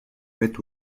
faites